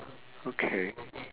okay